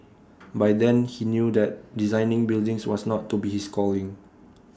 by then he knew that designing buildings was not to be his calling